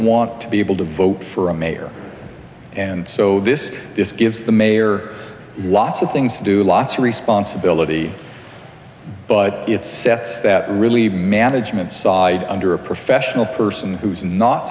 want to be able to vote for a mayor and so this gives the mayor lots of things to do lots of responsibility but it sets that really management side under a professional person who's not